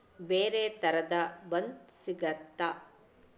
ಬೇರೆ ಥರದ ಬನ್ ಸಿಗತ್ತಾ